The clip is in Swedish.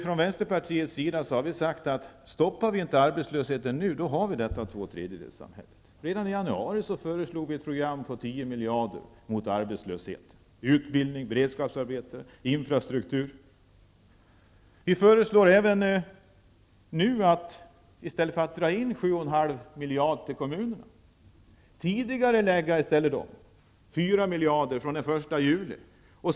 Vi i Vänsterpartiet har sagt att om vi inte stoppar arbetslösheten nu, kommer vi att få två tredjedelssamhället. Vi föreslog redan i januari ett program mot arbetslösheten på 10 miljarder kronor. Det gällde utbildning, beredskapsarbeten och satsningar på infrastruktur. Vi föreslår även nu att i stället för att dra in 7,5 miljarder kronor från kommunerna skall vi tidigarelägga utbetalningar på 4 miljarder kronor från den 1 juli.